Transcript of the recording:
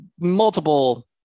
multiple